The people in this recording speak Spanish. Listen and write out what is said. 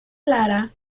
lara